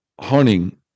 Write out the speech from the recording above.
hunting